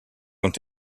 ont